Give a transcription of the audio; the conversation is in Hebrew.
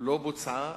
לא בוצעה,